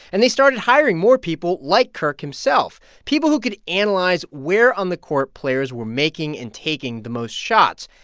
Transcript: and they started hiring more people like kirk himself, people who could analyze where on the court players were making and taking the most shots,